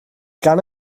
gan